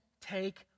take